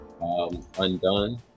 undone